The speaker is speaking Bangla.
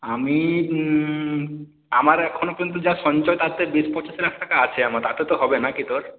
আমি আমার এখনও পর্যন্ত যা সঞ্চয় তাতে বিশ পঁচিশ লাখ টাকা আছে আমার তাতে তো হবে নাকি তোর